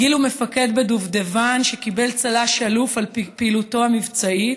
גיל הוא מפקד בדובדבן שקיבל צל"ש אלוף על פעילותו המבצעית.